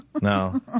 No